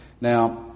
Now